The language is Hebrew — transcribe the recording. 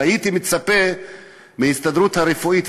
והייתי מצפה מההסתדרות הרפואית,